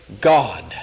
God